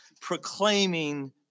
proclaiming